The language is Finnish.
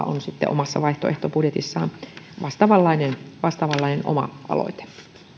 on sitten omassa vaihtoehtobudjetissaan vastaavanlainen vastaavanlainen oma aloite